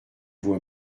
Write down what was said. vous